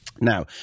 Now